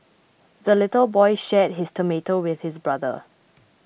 the little boy shared his tomato with his brother